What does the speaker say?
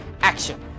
action